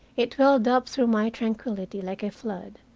it welled up through my tranquillity like a flood,